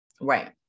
Right